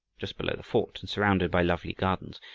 just below the fort, and surrounded by lovely gardens.